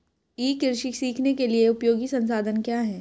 ई कृषि सीखने के लिए उपयोगी संसाधन क्या हैं?